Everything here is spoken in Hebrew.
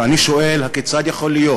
ואני שואל, הכיצד יכול להיות